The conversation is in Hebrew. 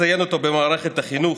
כשלא ניתן לציין אותו במערכת החינוך,